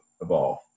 evolve